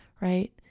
right